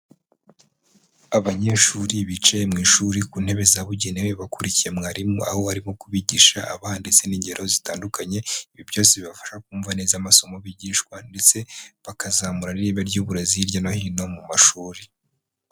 Abanyeshuri bicaye mu ishuri ku ntebe zabugenewe bakurikiye mwarimu aho we arimo kubigisha abaha n'ingero zitandukanye ibi byose zibafasha kumva neza amasomo bigishwa ndetse bakazamura n'ireme ry'uburezi hirya no hino mu mashuri.